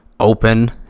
Open